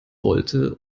wollte